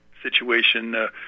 situation